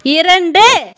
இரண்டு